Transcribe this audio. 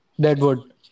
Deadwood